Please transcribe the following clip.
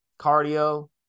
cardio